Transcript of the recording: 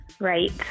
Right